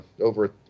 over